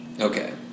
Okay